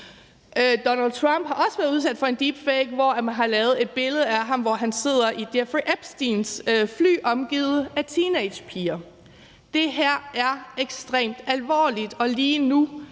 Donald Trump har også været udsat for en deepfake, hvor man har lavet et billede af ham, hvor han sidder i Jeffrey Epsteins fly omgivet af teenagepiger. Det her er ekstremt alvorligt, og lige nu